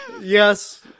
yes